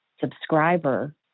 subscriber